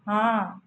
ହଁ